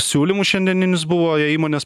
siūlymų šiandieninis buvo jei įmonės